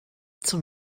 zum